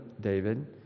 David